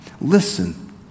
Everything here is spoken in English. listen